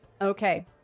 Okay